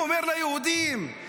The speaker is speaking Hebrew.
אומר ליהודים,